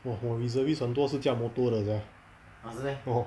我 reservist 很多是驾 motor 的 sia orh